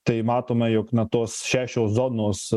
tai matome jog na tos šešios zonos